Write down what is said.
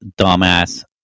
dumbass